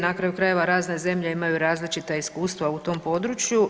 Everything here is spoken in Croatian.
Na kraju krajeva razne zemlje imaju različita iskustva u tom području.